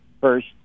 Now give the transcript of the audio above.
first